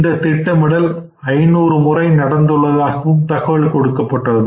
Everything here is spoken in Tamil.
இந்த திட்டமிடல் 500 முறை நடந்துள்ளதாகவும் தகவல் கொடுக்கப்பட்டுள்ளது